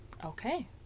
okay